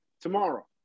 tomorrow